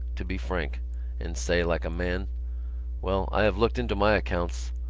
to be frank and say like a man well, i have looked into my accounts.